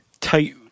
tight